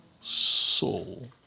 soul